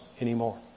anymore